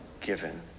given